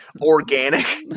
organic